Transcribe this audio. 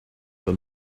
than